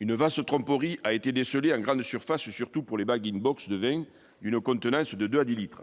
Une vaste tromperie a été décelée en grande surface, surtout pour les de vin d'une contenance de deux à dix litres.